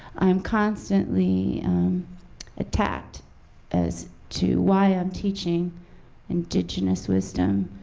i'm constantly attacked as to why i'm teaching indigenous wisdom.